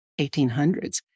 1800s